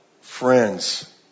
Friends